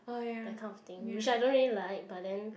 that kind of thing which I don't really like but then